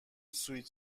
سویت